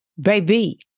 baby